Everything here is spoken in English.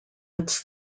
its